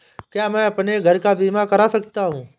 क्या मैं अपने घर का बीमा करा सकता हूँ?